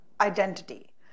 identity